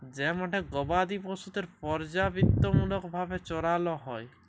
যে মাঠে গবাদি পশুদের পর্যাবৃত্তিমূলক ভাবে চরাল হ্যয়